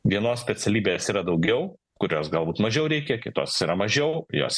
vienos specialybės yra daugiau kurios galbūt mažiau reikia kitos yra mažiau jos